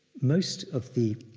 most of the